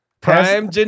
prime